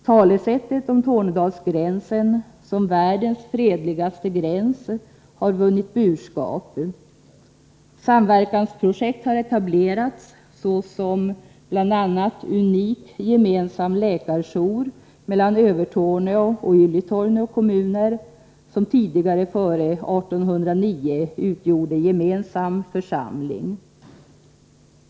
Talet om Tornedalsgränsen som världens fredligaste gräns har vunnit burskap. Samverkansprojekt har etablerats, bl.a. unik gemensam läkarjour för Övertorneå och Ylitornio kommuner, som före 1809 utgjorde gemensam församling.